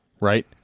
right